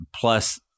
plus